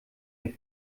der